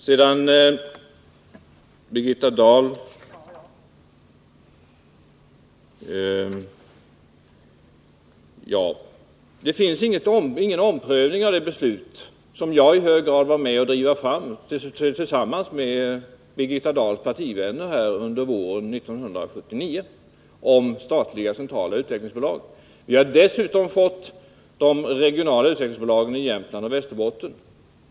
Det sker ingen omprövning av det beslut om statliga centrala utvecklingsbolag som jag i hög grad var med om att driva fram tillsammans med Birgitta Dahls partivänner våren 1979. Vi har dessutom fått de regionala utvecklingsbolagen i Jämtland och Västerbotten.